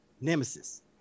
Nemesis